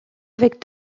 avec